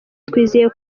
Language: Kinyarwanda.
twizeye